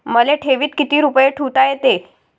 मले ठेवीत किती रुपये ठुता येते?